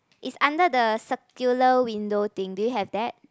it's under the circular window thing do you have that